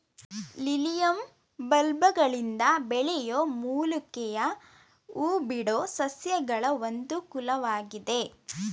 lilium ಬಲ್ಬ್ಗಳಿಂದ ಬೆಳೆಯೋ ಮೂಲಿಕೆಯ ಹೂಬಿಡೋ ಸಸ್ಯಗಳ ಒಂದು ಕುಲವಾಗಿದೆ